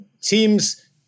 teams